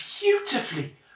beautifully